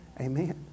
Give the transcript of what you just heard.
Amen